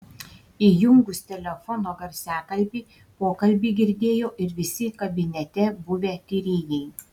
įjungus telefono garsiakalbį pokalbį girdėjo ir visi kabinete buvę tyrėjai